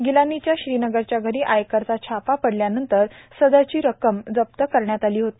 गिलानीच्या श्रीनगरच्या घरी आयकरचा छपा पडल्यानंतर सदरची रक्कम जप्त करण्यात आली होती